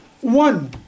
one